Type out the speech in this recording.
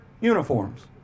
uniforms